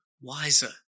wiser